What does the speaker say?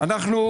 דיברתי אתמול